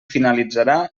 finalitzarà